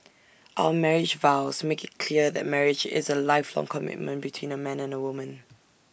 our marriage vows make IT clear that marriage is A lifelong commitment between A man and A woman